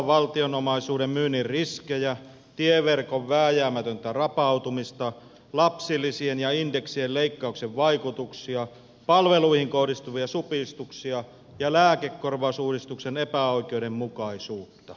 tuottavan valtionomaisuuden myynnin riskejä tieverkon vääjäämätöntä rapautumista lapsilisien ja indeksien leikkauksen vaikutuksia palveluihin kohdistuvia supistuksia ja lääkekorvausuudistuksen epäoikeudenmukaisuutta